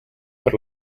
per